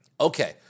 Okay